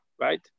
right